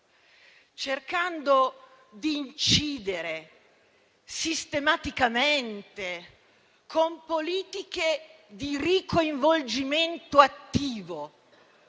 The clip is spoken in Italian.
cercando di incidere sistematicamente, con politiche di ricoinvolgimento attivo,